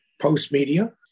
Post-media